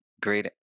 great